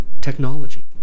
technology